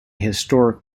historic